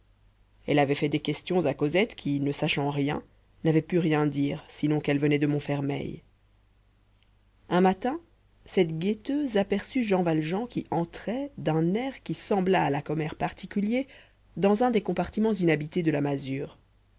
elle avait fait des questions à cosette qui ne sachant rien n'avait pu rien dire sinon qu'elle venait de montfermeil un matin cette guetteuse aperçut jean valjean qui entrait d'un air qui sembla à la commère particulier dans un des compartiments inhabités de la masure